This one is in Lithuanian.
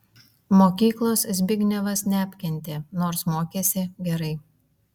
mokyklos zbignevas neapkentė nors mokėsi gerai